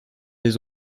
des